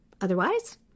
Otherwise